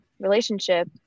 relationship